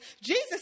Jesus